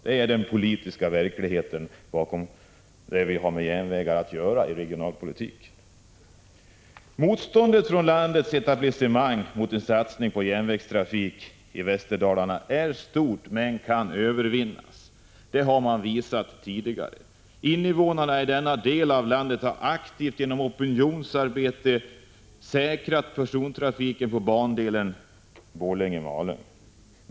Det är den regionalpolitiska verkligheten när vi har med järnvägar att göra. Motståndet från landets etablissemang mot en satsning på järnvägstrafik i Prot. 1985/86:142 Västerdalarna är stort men kan övervinnas; det har man visat tidigare. 15 maj 1986 Invånarna i denna del av landet har aktivt, genom opinionsarbete, säkrat persontrafiken på sträckan Borlänge-Malung.